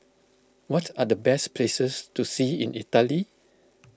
what are the best places to see in Italy